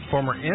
Former